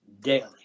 daily